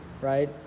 Right